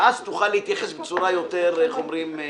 ואז תוכל להתייחס בצורה יותר מקצועית,